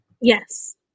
Yes